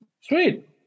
Sweet